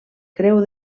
creu